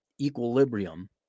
equilibrium